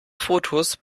fotos